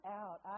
out